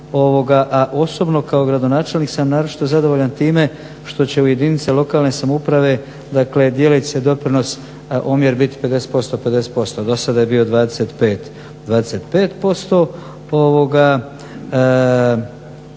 a osobno kao gradonačelnik sam naročito zadovoljan time što će u jedinice lokalne samouprave dakle, … (Govornik se ne razumije) omjer biti 50%:50%. Do sada je bio 25:25%.